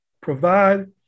provide